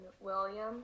William